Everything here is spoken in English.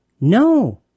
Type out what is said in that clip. no